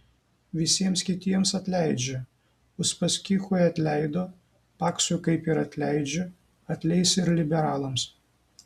visiems kitiems atleidžia uspaskichui atleido paksui kaip ir atleidžia atleis ir liberalams